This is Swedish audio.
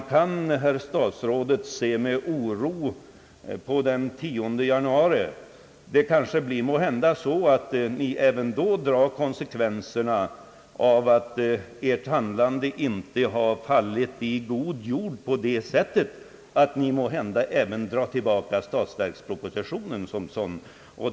Man kan, herr statsråd, med oro se fram emot den 11 januari. Det kanske blir så att ni även då drar konsekvenserna av att ert handlande inte fallit i god jord på det sättet att ni även drar tillbaka statsverkspropositionen.